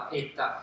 että